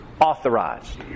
authorized